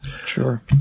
sure